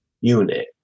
unit